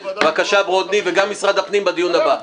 בבקשה, ברודני, וגם משרד הפנים בדיון הבא.